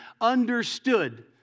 understood